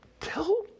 tell